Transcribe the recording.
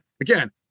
again